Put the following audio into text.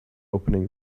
opening